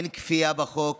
אין כפייה בחוק.